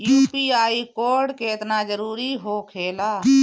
UPI code केतना जरुरी होखेला?